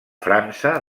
frança